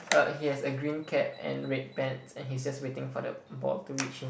uh he has a green cap and red pants and he is just waiting for the ball to reach him